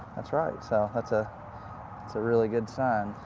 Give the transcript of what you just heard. that's right. so, that's a so really good sign.